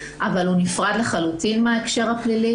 אבל הוא נפרד לחלוטין מההקשר הפלילי.